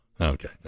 Okay